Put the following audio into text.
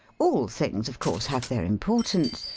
all things of. course have their impor tance,